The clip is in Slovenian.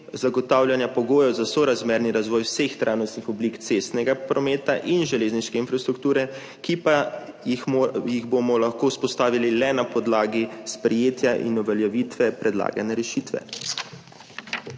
zagotavljanja pogojev za sorazmerni razvoj vseh trajnostnih oblik cestnega prometa in železniške infrastrukture, ki pa jih bomo lahko vzpostavili le na podlagi sprejetja in uveljavitve predlagane rešitve.